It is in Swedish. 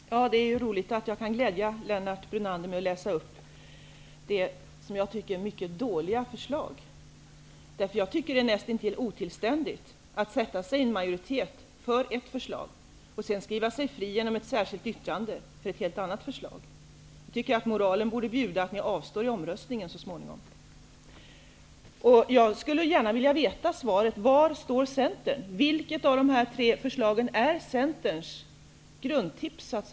Herr talman! Det är roligt att jag kan glädja Lennart Brunander genom att läsa upp detta, som jag tycker, mycket dåliga förslag. Jag tycker att det är näst intill otillständigt att sätta sig i en majoritet för ett förslag och sedan skriva sig fri genom ett särskilt yttrande för ett helt annat förslag. Jag tycker att moralen borde bjuda att ni avstår att rösta i omröstningen så småningom. Jag skulle gärna vilja veta svaret på frågan om var Centern står. Vilket av dessa tre förslag är Centerns grundförslag?